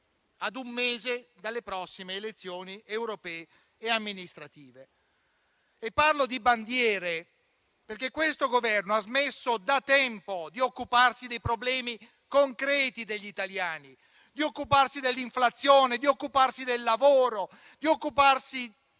ad un mese dalle prossime elezioni europee e amministrative. Parlo di bandiere perché questo Governo ha smesso da tempo di occuparsi dei problemi concreti degli italiani, ossia dell'inflazione, del lavoro, delle famiglie